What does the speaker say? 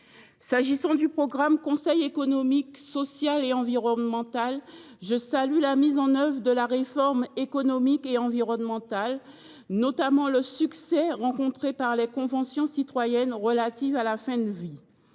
concerne le programme « Conseil économique, social et environnemental », je salue la mise en œuvre de la réforme économique et environnementale, notamment le succès rencontré par la convention citoyenne sur la fin de vie.